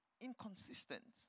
inconsistent